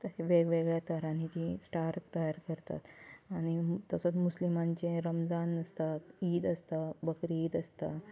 वेगवेगळ्या तरांनी तीं स्टार तयार करतात आनीक तसोच मुस्लिमांचें रमजान आसता ईद आसता बकरी ईद आसता